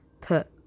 put